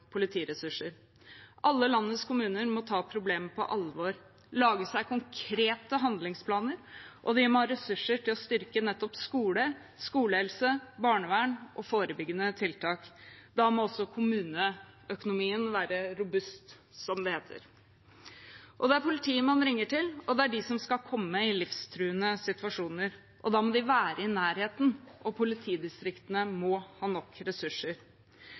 politiressurser. Alle landets kommuner må ta problemet på alvor og lage seg konkrete handlingsplaner, og de må ha ressurser til å styrke nettopp skolen, skolehelsen, barnevernet og forebyggende tiltak. Da må også kommuneøkonomien være robust, som det heter. Det er politiet man ringer til, og det er de som skal komme i livstruende situasjoner. Da må de være i nærheten, og politidistriktene må ha nok ressurser.